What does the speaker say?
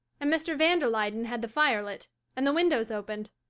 and mr. van der luyden had the fire lit and the windows opened,